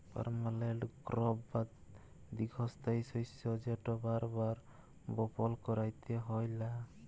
permanent crop বা দীঘ্ঘস্থায়ী শস্য যেট বার বার বপল ক্যইরতে হ্যয় লা